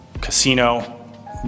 casino